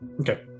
Okay